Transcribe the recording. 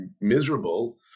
miserable